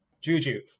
Juju